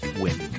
win